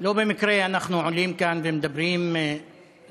לא במקרה אנחנו עולים כאן ומדברים אחד-אחד